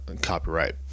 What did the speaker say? copyright